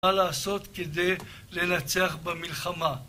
מה לעשות כדי לנצח במלחמה?